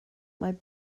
mae